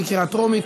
בקריאה טרומית.